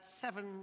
Seven